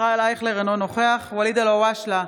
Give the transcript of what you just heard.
ישראל אייכלר, אינו נוכח ואליד אלהואשלה,